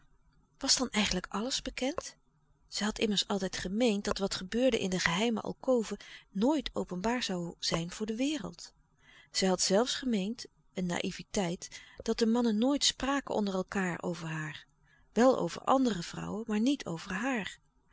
was dan eigenlijk alles bekend zij had immers altijd gemeend dat wat gebeurde in de geheime alkoven nooit openbaar zoû zijn voor de wereld zij had zelfs gemeend een naïveteit dat de louis couperus de stille kracht mannen nooit spraken onder elkaâr over haar wel over andere vrouwen maar niet over haar